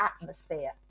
atmosphere